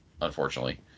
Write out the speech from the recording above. unfortunately